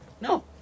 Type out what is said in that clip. No